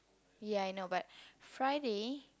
yea I know but Friday